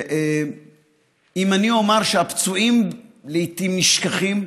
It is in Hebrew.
אם אני אומר שהפצועים לעיתים נשכחים,